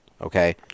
Okay